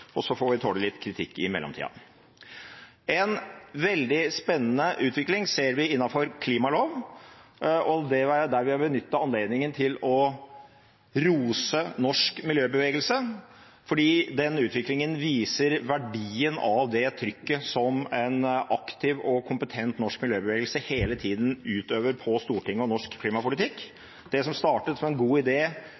kommer. Så får vi tåle litt kritikk i mellomtida. En veldig spennende utvikling ser vi når det gjelder klimalov. Her vil jeg benytte anledningen til å rose norsk miljøbevegelse, fordi den utviklingen viser verdien av det trykket som en aktiv og kompetent, norsk miljøbevegelse hele tiden øver på Stortinget og norsk klimapolitikk.